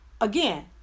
again